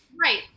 Right